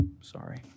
Sorry